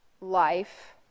life